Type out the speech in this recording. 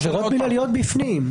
עבירות מינהליות בפנים.